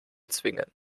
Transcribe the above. zwingen